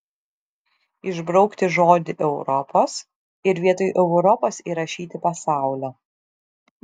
išbraukti žodį europos ir vietoj europos įrašyti pasaulio